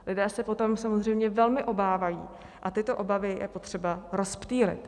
Lidé se potom samozřejmě velmi obávají a tyto obavy je potřeba rozptýlit.